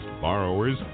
borrowers